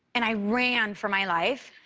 and i ran for my life.